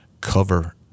cover